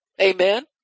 amen